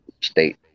state